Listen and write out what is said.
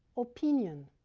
opinion,